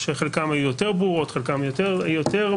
חלקן היו יותר ברורות, חלקן יותר מאתגרות.